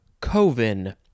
coven